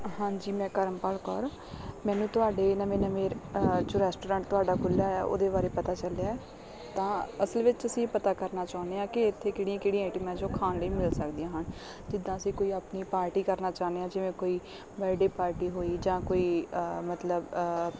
ਹਾਂਜੀ ਮੈਂ ਕਰਮਪਾਲ ਕੌਰ ਮੈਨੂੰ ਤੁਹਾਡੇ ਨਵੇਂ ਨਵੇਂ ਚ ਰੈਸਟੋਰੈਂਟ ਤੁਹਾਡਾ ਖੁੱਲ੍ਹਿਆ ਆ ਉਹਦੇ ਬਾਰੇ ਪਤਾ ਚੱਲਿਆ ਤਾਂ ਅਸਲ ਵਿੱਚ ਅਸੀਂ ਪਤਾ ਕਰਨਾ ਚਾਹੁੰਦੇ ਹਾਂ ਕਿ ਇੱਥੇ ਕਿਹੜੀਆਂ ਕਿਹੜੀਆਂ ਆਈਟਮਾਂ ਜੋ ਖਾਣ ਲਈ ਮਿਲ ਸਕਦੀਆਂ ਹਨ ਜਿੱਦਾਂ ਅਸੀਂ ਕੋਈ ਆਪਣੀ ਪਾਰਟੀ ਕਰਨਾ ਚਾਹੁੰਦੇ ਹਾਂ ਜਿਵੇਂ ਕੋਈ ਬਰਡੇ ਪਾਰਟੀ ਹੋਈ ਜਾਂ ਕੋਈ ਮਤਲਬ